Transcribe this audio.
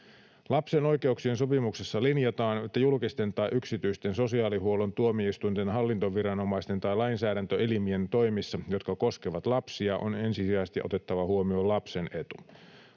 Lapsen oikeuksien sopimuksessa linjataan, että julkisen tai yksityisen sosiaalihuollon, tuomioistuinten, hallintoviranomaisten tai lainsäädäntöelimien toimissa, jotka koskevat lapsia, on ensisijaisesti otettava huomioon lapsen etu.